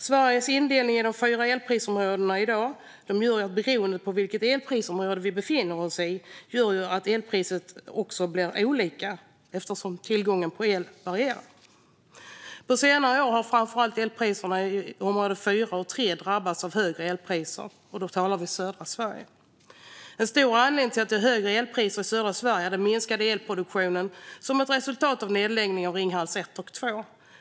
Sveriges indelning i de fyra elprisområdena gör att elpriset varierar beroende på i vilket elprisområde vi befinner oss i. Det gör att elpriset blir olika eftersom tillgången på el varierar. På senare år har framför allt elpriserna i område 4 och 3 drabbats av högre elpriser. Det handlar om södra Sverige. En stor anledning till att det är högre elpriser i södra Sverige är den minskade elproduktionen, som är ett resultat av nedläggningen av Ringhals l och 2.